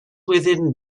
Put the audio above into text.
within